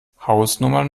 hausnummern